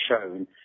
shown